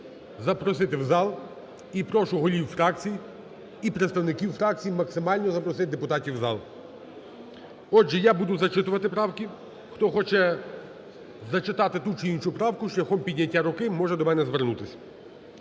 запросити в зал. І прошу голів фракцій, і представників фракцій максимально запросити депутатів в зал. Отже, я буду зачитувати правки. Хто хоче зачитати ту чи іншу правку шляхом підняття руки, може до мене звернутися.